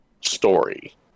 story